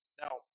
Now